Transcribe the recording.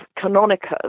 Canonicus